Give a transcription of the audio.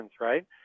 right